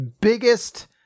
biggest